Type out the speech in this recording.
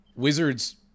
Wizards